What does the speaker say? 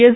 S